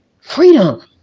freedom